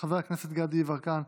חבר הכנסת גדי יברקן,